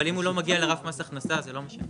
אבל אם הוא לא מגיע לרף מס הכנסה אז זה לא משנה.